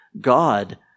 God